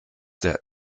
der